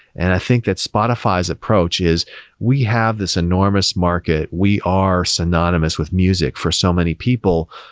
and i think that spotify's approach is we have this enormous market. we are synonymous with music for so many people.